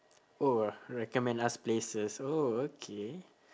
oh recommend us places oh okay